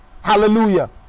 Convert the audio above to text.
hallelujah